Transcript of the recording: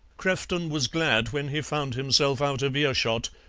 crefton was glad when he found himself out of earshot,